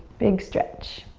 big stretch.